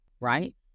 Right